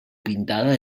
pintada